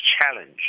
challenge